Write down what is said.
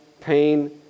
pain